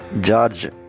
George